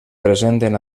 presenten